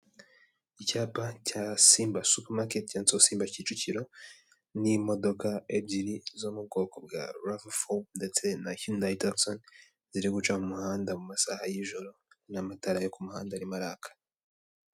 Icyapa cya simba supamaketi cyanditseho simba kicukiro, n'imodoka ebyiri zo mu bwoko bwa ravafo ndetse na yundayi tagisa ziri guca mu muhanda mu masaha y'ijoro n'amatara yo ku muhanda arimo araka.